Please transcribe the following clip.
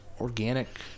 organic